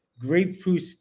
grapefruit